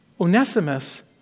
Onesimus